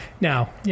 now